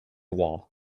wall